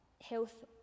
health